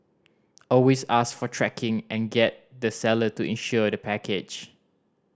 always ask for tracking and get the seller to insure the package